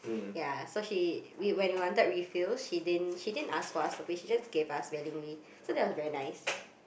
ya so she we when we wanted refills she didn't she didn't ask us for to pay she just gave us willingly so that was very nice